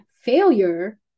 failure